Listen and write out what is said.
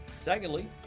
secondly